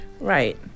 Right